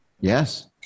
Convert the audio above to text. Yes